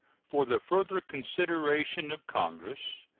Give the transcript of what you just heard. for the further consideration of congress,